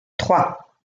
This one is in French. trois